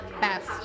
best